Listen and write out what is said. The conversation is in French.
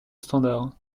standard